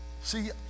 see